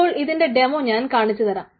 ഇപ്പോൾ ഇതിന്റെ ഡെമോ ഞാൻ കാണിച്ചു തരാം